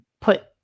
put